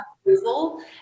approval